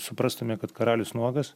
suprastume kad karalius nuogas